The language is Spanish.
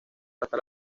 hasta